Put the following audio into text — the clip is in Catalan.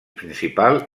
principal